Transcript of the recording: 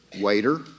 waiter